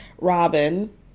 Robin